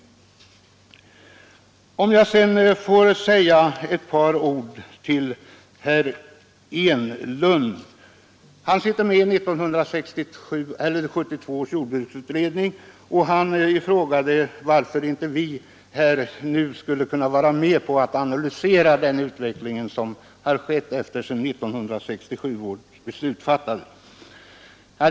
Jag skulle sedan vilja säga ett par ord till herr Enlund, som är med i 1972 års jordbruksutredning. Han frågade varför vi inte skulle kunna vara med om att analysera den utveckling som skett sedan 1967 års beslut fattades.